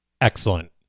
Excellent